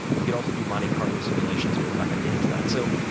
you can also do monte carlo simulations but we're not going to get into that. so